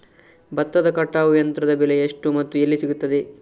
ಭತ್ತದ ಕಟಾವು ಯಂತ್ರದ ಬೆಲೆ ಎಷ್ಟು ಮತ್ತು ಎಲ್ಲಿ ಸಿಗುತ್ತದೆ?